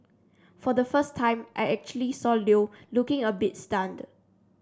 for the first time I actually saw Leo looking a bit stunned